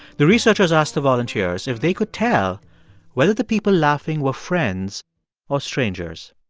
the researchers asked the volunteers if they could tell whether the people laughing were friends or strangers.